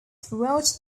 throughout